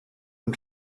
une